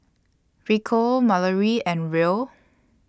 Rico Malorie and Ruel